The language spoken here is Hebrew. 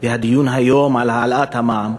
והדיון היום על העלאת המע"מ,